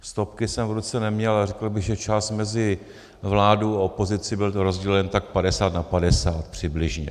Stopky jsem v ruce neměl, ale řekl bych, že čas mezi vládu a opozici byl rozdělen tak padesát na padesát přibližně.